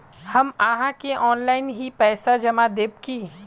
हम आहाँ के ऑनलाइन ही पैसा जमा देब की?